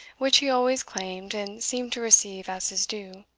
which he always claimed, and seemed to receive as his due.